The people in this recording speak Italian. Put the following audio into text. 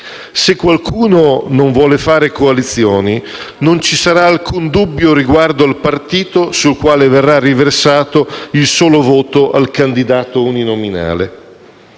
Se qualcuno non vuole fare coalizioni, non ci sarà alcun dubbio riguardo al partito sul quale verrà riversato il solo voto al candidato uninominale.